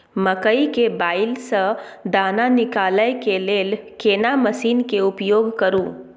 मकई के बाईल स दाना निकालय के लेल केना मसीन के उपयोग करू?